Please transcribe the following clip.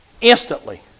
instantly